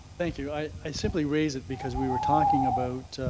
thank you. i simply raise it because we were talking about,